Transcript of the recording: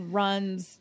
runs